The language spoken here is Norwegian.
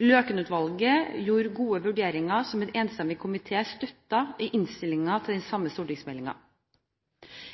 gjorde gode vurderinger, som en enstemmig komité støtter i innstillingen til den samme stortingsmeldingen.